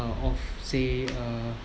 of say uh